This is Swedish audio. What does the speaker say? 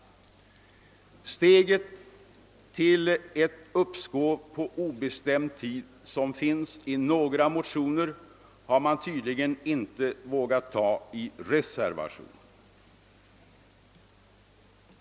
Steget till ett uppskov på obestämd tid, som föreslås i några motioner, har man tydligen inte vågat ta i reservationen.